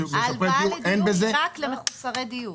ההלוואה לדיור היא רק למחוסרי דיור.